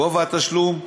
גובה התשלום,